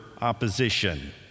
opposition